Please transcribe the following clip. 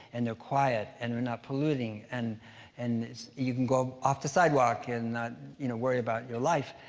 and they're quiet, and they're not polluting, and and you can go off the sidewalk and not you know worry about your life.